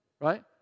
Right